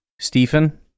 Stephen